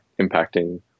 impacting